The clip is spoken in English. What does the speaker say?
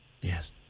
Yes